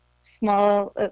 small